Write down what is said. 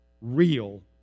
real